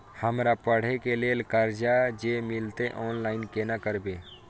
हमरा पढ़े के लेल कर्जा जे मिलते ऑनलाइन केना करबे?